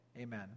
amen